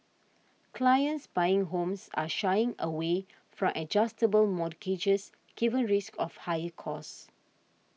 clients buying homes are shying away from adjustable mortgages given risks of higher costs